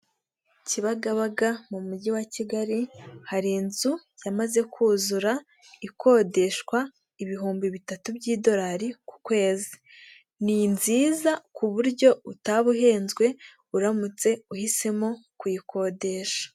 Kibagabaga mu mujyi wa Kigali, hari inzu yamaze kuzura, ikodeshwa ibihumbi bitatu by'idolari ku kwezi. Ni nziza ku buryo utaba uhenzwe uramutse uhisemo kuyikodesha.